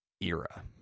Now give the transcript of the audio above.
era